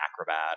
acrobat